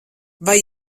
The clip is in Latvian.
vai